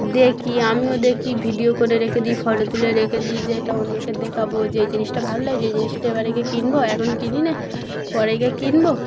দেখি আমিও দেখি ভিডিও করে রেখে দিই ফোটো তুলে রেখে দিই যে এটা অন্যকে দেখাবো যেই জিনিসটা ভাল লাে যেই জিনিসটা এবারে গিয়ে কিনবো এখন কিনি নে পরে গিয়ে কিনব